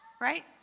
Right